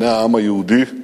בני העם היהודי,